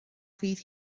fydd